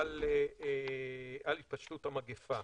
על התפשטות המגפה.